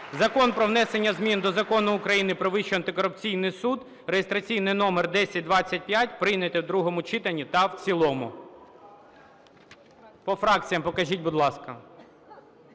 Закон про внесення змін до Закону України "Про Вищий антикорупційний суд" (реєстраційний номер 1025) прийнято в другому читанні та в цілому. По фракціях покажіть, будь ласка.